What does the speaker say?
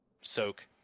Soak